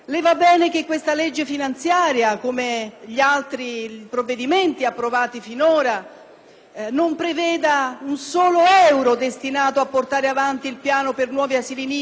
Le va bene che si lasci cadere il Fondo di sostegno all'imprenditoria femminile, che non vi sia una sola proposta per sostenere politiche attive a favore dell'occupazione femminile,